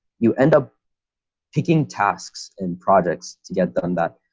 you end up picking tasks and projects to get done that